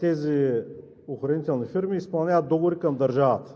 тези охранителни фирми изпълняват договори към държавата